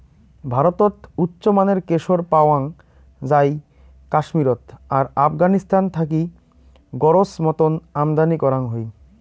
ভারতত উচ্চমানের কেশর পাওয়াং যাই কাশ্মীরত আর আফগানিস্তান থাকি গরোজ মতন আমদানি করাং হই